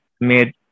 made